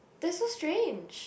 that's so strange